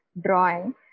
drawing